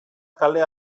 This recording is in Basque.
kalea